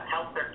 help